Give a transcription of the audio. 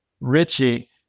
Richie